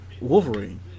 Wolverine